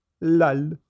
lal